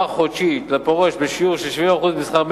חודשית לפורש בשיעור של 70% משכר המינימום,